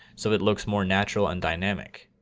so it looks more natural and dynamic.